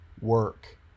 work